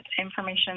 information